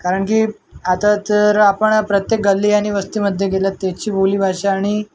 कारण की आता तर आपण प्रत्येक गल्ली अन् वस्तीमध्ये गेलो त्याची बोलीभाषा आणि